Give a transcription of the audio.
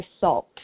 salt